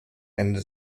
ende